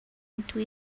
into